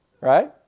Right